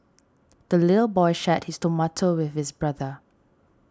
the little boy shared his tomato with his brother